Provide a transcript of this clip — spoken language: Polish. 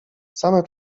same